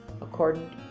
according